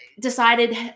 decided